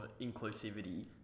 inclusivity